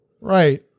Right